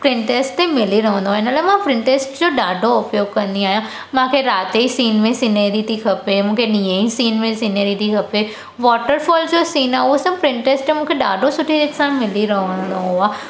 Pinterest ते मिली रहंदो आहे इन लाइ मां प्रिंटेस्ट जो ॾाढो उपयोग कंदी आहियां मूंखे राति जे सीन में सीनरी थी खपे मूंखे ॾींहं जे सीन में सीनरी थी खपे वाटरफॉल जो सीन आहे उहो सभु प्रिंटेस्ट ते मूंखे ॾाढो सुठे सां मिली रहंदो आहे